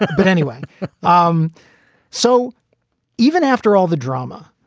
ah but anyway um so even after all the drama,